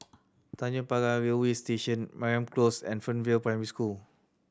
Tanjong Pagar Railway Station Mariam Close and Fernvale Primary School